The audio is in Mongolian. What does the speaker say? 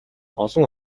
олон